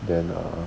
then uh